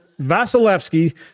Vasilevsky